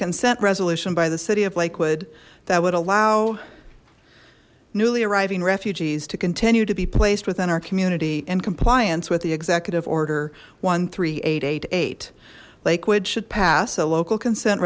consent resolution by the city of lakewood that would allow newly arriving refugees to continue to be placed within our community in compliance with the executive order one three eight eight eight lakewood should pass a local consent